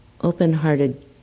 Open-hearted